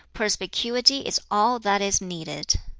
perspicuity is all that is needed.